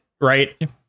right